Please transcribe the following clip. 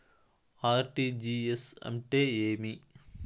RTGS అంటే ఏమి?